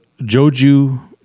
Joju